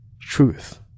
Truth